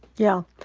yeah.